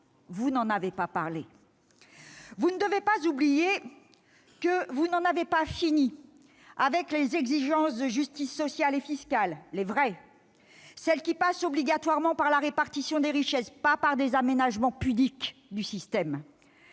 vous n'avez pas parlé. Vous ne devez pas oublier que vous n'en avez pas fini avec les exigences de justice sociale et fiscale- les vraies !-, celles qui passent obligatoirement par la répartition des richesses, et non par des aménagements pudiques du système.